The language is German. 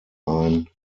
ein